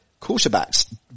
quarterbacks